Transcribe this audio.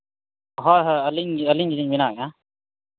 ᱦᱳᱭ ᱦᱳᱭ ᱟᱹᱞᱤᱧ ᱜᱮ ᱟᱹᱞᱤᱧ ᱜᱮᱞᱤᱧ ᱵᱮᱱᱟᱣᱮᱜᱼᱟ